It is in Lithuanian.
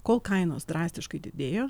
kol kainos drastiškai didėjo